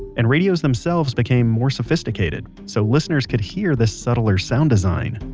and radios themselves became more sophisticated, so listeners could hear this subtler sound design